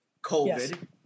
COVID